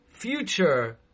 future